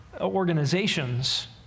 organizations